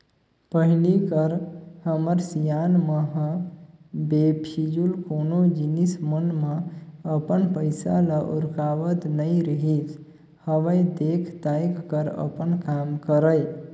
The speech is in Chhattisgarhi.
पहिली कर हमर सियान मन ह बेफिजूल कोनो जिनिस मन म अपन पइसा ल उरकावत नइ रिहिस हवय देख ताएक कर अपन काम करय